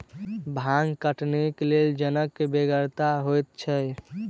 भांग कटनीक लेल जनक बेगरता होइते छै